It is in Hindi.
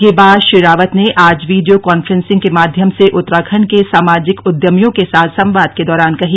यह बात श्री रावत ने आज वीडियो कान्फ्रेसिंग के माध्यम से उत्तराखण्ड के सामाजिक उद्यमियों के साथ संवाद के दौरान कही